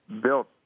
built